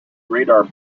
radar